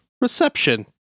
Reception